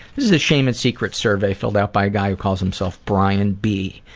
this is a shame and secrets survey filled out by a guy who calls himself brian b.